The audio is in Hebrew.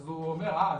אז הוא אומר: אהה,